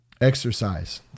Exercise